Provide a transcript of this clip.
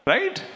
Right